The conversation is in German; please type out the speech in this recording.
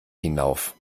hinauf